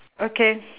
okay